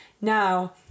now